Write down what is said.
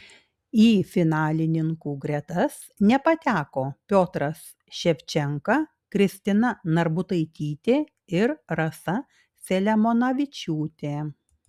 į finalininkų gretas nepateko piotras ševčenka kristina narbutaitytė ir rasa selemonavičiūtė